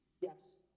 Yes